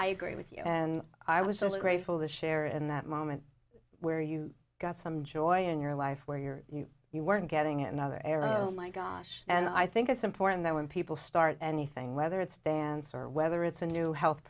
i agree with you and i was just grateful that share in that moment where you got some joy in your life where your you weren't getting another arrow my gosh and i think it's important that when people start anything whether it's dance or whether it's a new health